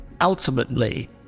Ultimately